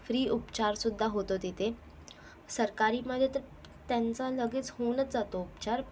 free उपचारसुद्धा होतो तिथे सरकारीमध्ये तर त्यांचं लगेच होऊनच जातो उपचार